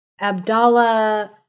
Abdallah